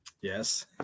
Yes